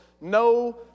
No